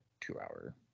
two-hour